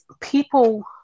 people